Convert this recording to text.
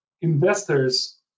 investors